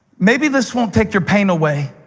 maybe this won't take your pain away,